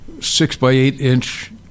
six-by-eight-inch